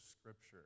Scripture